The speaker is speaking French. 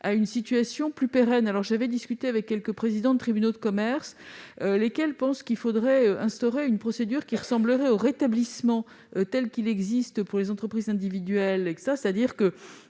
à une solution plus pérenne. J'ai discuté avec quelques présidents de tribunaux de commerce, qui pensent qu'il faudrait instaurer une procédure qui ressemblerait au « rétablissement » tel qu'il existe pour les entreprises individuelles :